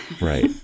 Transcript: Right